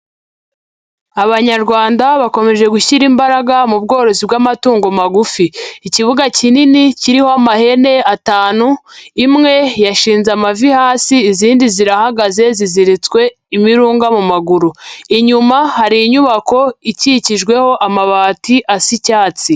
Abanyarwanda bakomeje gushyira imbaraga mu bworozi bw'amatungo magufi. Ikibuga kinini kiriho amahembe atanu, imwe yashinze amavi hasi, izindi zirahagaze ziziritswe imirunga mu maguru. Inyuma hari inyubako ikikijweho amabati asa icyatsi.